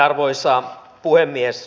arvoisa puhemies